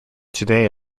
today